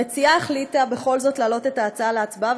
המציעה החליטה בכל זאת להעלות את ההצעה להצבעה,